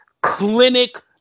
clinic